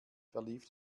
verlief